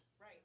Right